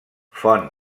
font